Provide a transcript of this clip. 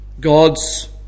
God's